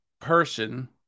person